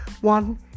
One